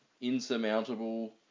insurmountable